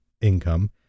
income